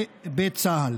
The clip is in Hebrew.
בצה"ל.